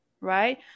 right